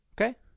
Okay